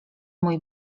mój